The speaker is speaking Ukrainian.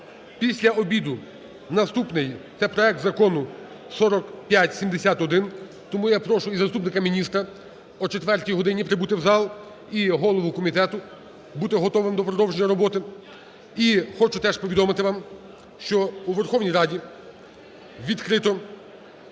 Після обіду наступний – це проект закону 4571. Тому я прошу і заступника міністра о четвертій годині прибути в зал, і голову комітету бути готовим до продовження роботи. І хочу теж повідомити вам, що у Верховній Раді відкрито